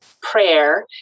prayer